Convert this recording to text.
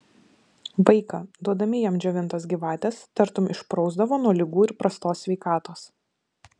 vaiką duodami jam džiovintos gyvatės tartum išprausdavo nuo ligų ir prastos sveikatos